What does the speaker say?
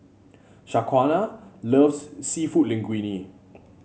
Shaquana loves seafood Linguine